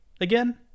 again